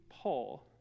Paul